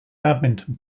badminton